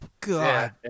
God